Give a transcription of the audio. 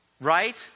Right